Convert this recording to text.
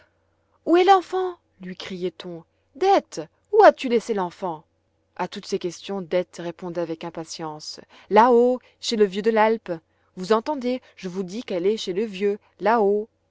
où est l'enfant lui criait-on dete où as-tu laissé l'enfant a toutes ces questions dete répondait avec impatience là-haut chez le vieux de l'alpe vous entendez je vous dis qu'elle est chez le vieux là-haut